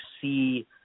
see